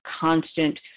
constant